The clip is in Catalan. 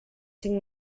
cinc